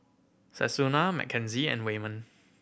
Susannah Mackenzie and Wayman